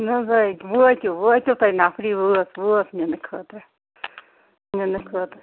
نہ حظ یٔکیٛاہ وٲتیُو وٲتیُو تۄہہِ نفری وٲژ وٲژ نِنہٕ خٲطرٕ نِنہٕ خٲطرٕ